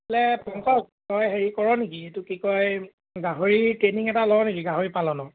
বোলে পংকজ মই হেৰি কৰোঁ নেকি এইটো কি কয় গাহৰি ট্ৰেইনিং এটা ল'ও নেকি গাহৰি পালনৰ